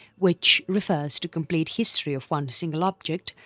which refers to complete history of one single object,